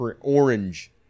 orange